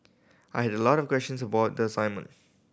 I had a lot of questions about the assignment